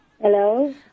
Hello